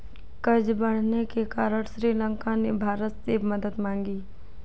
कर्ज बढ़ने के कारण श्रीलंका ने भारत से मदद मांगी